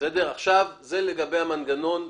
זה לגבי המנגנון.